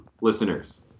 listeners